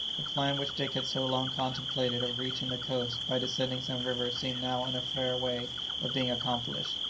the plan which dick had so long contemplated of reaching the coast by descending some river seemed now in a fair way of being accomplished,